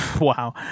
Wow